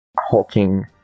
Hawking